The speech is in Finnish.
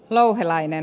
louhelainen